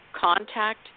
contact